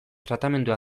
tratamendu